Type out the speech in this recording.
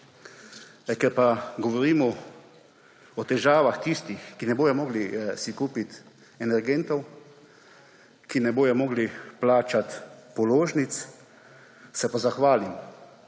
Ker pa govorimo o težavah tistih, ki si ne bodo mogli kupiti energentov, ki ne bodo mogli plačati položnic, se pa zahvalim